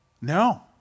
No